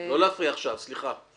--- לא להפריע עכשיו, סליחה.